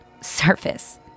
surface